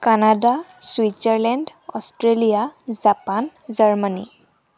Canada Switzerland Australia Japan Germany